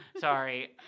Sorry